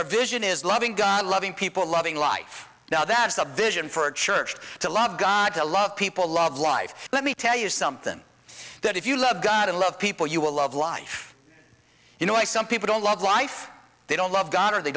or vision is loving god loving people loving life now that's a vision for a church to love god to love people love life let me tell you something that if you love god and love people you will love life you know why some people don't love life they don't love god and they